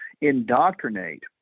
indoctrinate